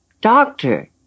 doctor